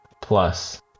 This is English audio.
plus